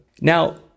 Now